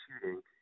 shooting